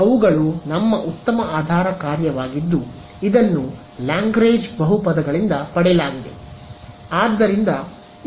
ಅವುಗಳು ನಮ್ಮ ಉತ್ತಮ ಆಧಾರ ಕಾರ್ಯವಾಗಿದ್ದು ಇದನ್ನು ಲಾಗ್ರೇಂಜ್ ಬಹುಪದಗಳಿಂದ ಪಡೆಯಲಾಗಿದೆ